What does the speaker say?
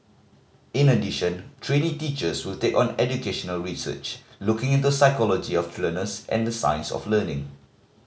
in addition trainee teachers will take on educational research looking into psychology of learners and the science of learning